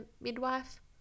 midwife